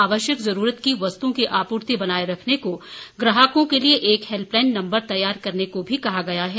आवश्यक जरूरत की वस्तुओं की आपूर्ति बनाए रखने को ग्राहकों के लिए एक हेल्पलाइन नंबर तैयार करने को भी कहा गया है